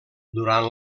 durant